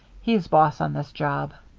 he's boss on this job.